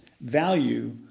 value